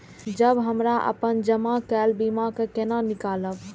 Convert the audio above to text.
जब हमरा अपन जमा केल बीमा के केना निकालब?